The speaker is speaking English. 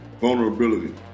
vulnerability